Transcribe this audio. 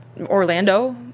Orlando